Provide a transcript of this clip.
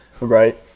Right